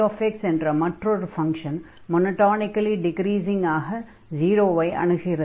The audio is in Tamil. gx என்ற மற்றொரு ஃபங்ஷன் மொனொடானிகலி டிக்ரீஸிங்காக 0 ஐ அணுகுகிறது